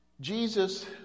Jesus